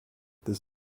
this